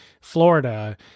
Florida